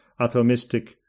atomistic